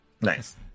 Nice